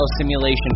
simulation